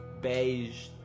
beige